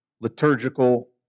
liturgical